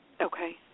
Okay